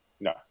No